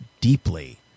Deeply